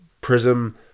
Prism